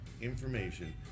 information